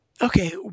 okay